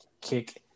kick